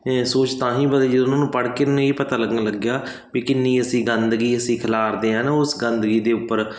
ਇਹ ਸੋਚ ਤਾਂ ਹੀ ਬਦਲੀ ਜਦੋਂ ਉਹਨਾਂ ਨੂੰ ਪੜ੍ਹ ਕੇ ਉਹਨਾਂ ਨੂੰ ਇਹ ਪਤਾ ਲੱਗਣ ਲੱਗਿਆ ਵੀ ਕਿੰਨੀ ਅਸੀਂ ਗੰਦਗੀ ਅਸੀਂ ਖਿਲਾਰਦੇ ਹਾਂ ਨਾ ਉਸ ਗੰਦਗੀ ਦੇ ਉੱਪਰ